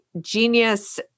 genius